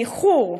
באיחור,